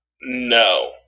No